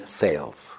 sales